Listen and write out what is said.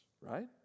right